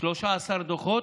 13 דוחות,